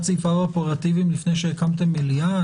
סעיפיו האופרטיביים לפני שהקמתם מליאה,